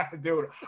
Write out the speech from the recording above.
Dude